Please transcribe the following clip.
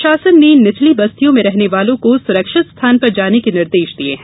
प्रशासन ने निचली बस्तियों में रहने वालों को सुरक्षित स्थान पर जाने के निर्देश दिये हैं